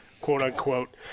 quote-unquote